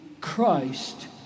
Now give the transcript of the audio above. Christ